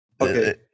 Okay